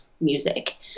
music